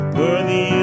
worthy